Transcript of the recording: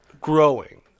growing